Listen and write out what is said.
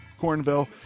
cornville